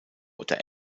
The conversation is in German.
oder